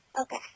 Okay